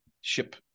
ship